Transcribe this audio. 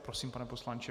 Prosím, pane poslanče.